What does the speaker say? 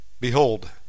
Behold